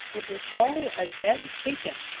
it was all a dead take-in.